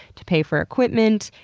to pay for equipment,